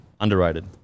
Underrated